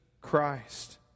Christ